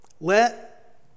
Let